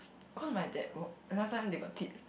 cause my dad last time they got teach